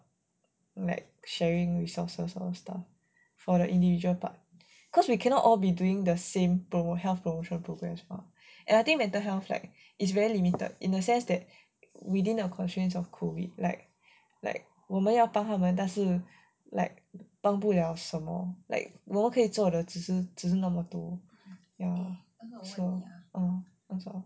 like sharing resources or stuff for the individual part cause we cannot all be doing the same you know health promotion programmes right and I think mental health like it's very limited in a sense that within the constraints of like like 我们要帮他们但是 like 帮不了什么 like 我们可以做的只是只是那么多 ya so